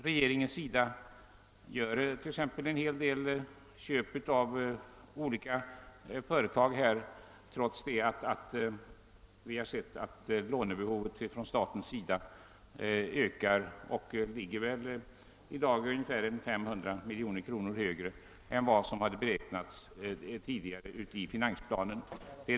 Regeringen genomför onekligen fortfarande en hel del köp av olika företag trots att statens lånebehov ökar och i dag ligger ungefär 500 miljoner kronor högre än vad som hade beräknats i finansplanen.